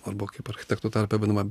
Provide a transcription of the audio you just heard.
arba kaip architektų tarpe vadinama